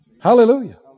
Hallelujah